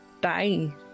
die